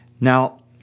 Now